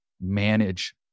manage